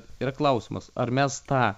yra klausimas ar mes tą